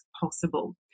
possible